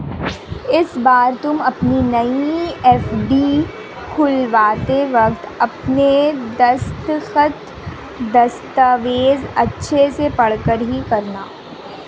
इस बार तुम अपनी नई एफ.डी खुलवाते वक्त अपने दस्तखत, दस्तावेज़ अच्छे से पढ़कर ही करना